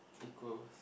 equals